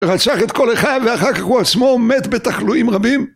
רצח את כל אחד ואחר כך הוא עצמו מת בתחלואים רבים?